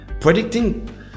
Predicting